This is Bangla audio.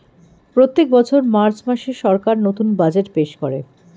প্রত্যেক বছর মার্চ মাসে সরকার নতুন বাজেট বের করে